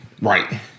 right